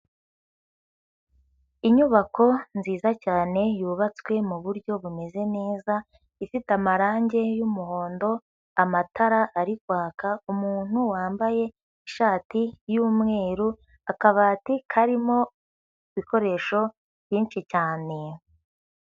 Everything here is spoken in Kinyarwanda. Inyubako nziza cyane yubatswe mu buryo bumeze neza, ifite amarangi y'umuhondo, amatara ari kwaka, umuntu wambaye ishati y'umweru, akabati karimo ibikoresho byinshi cyane.